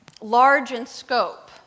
large-in-scope